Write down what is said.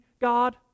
God